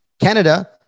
Canada